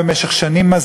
במשך שנים,